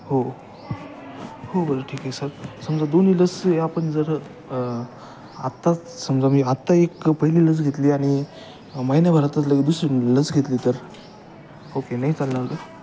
हो हो बरं ठीक आहे सर समजा दोन्ही लस या आपण जर आत्ताच समजा मी आत्ता एक पहिली लस घेतली आणि महिन्याभरात दुसरी लस घेतली तर ओके नाही चालणार का